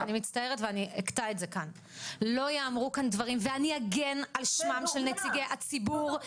אני אגן על שמם של נציגי הציבור.